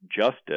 justice